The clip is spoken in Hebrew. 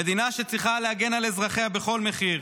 המדינה שצריכה להגן על אזרחיה בכל מחיר,